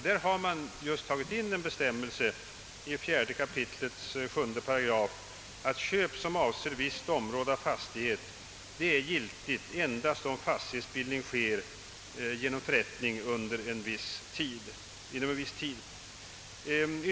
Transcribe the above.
Där har man tagit in en bestämmelse i 4 kap. 7 § att köp som avser visst område av fastighet är giltigt endast om fastighetsbildning sker genom förräntning inom en viss tid.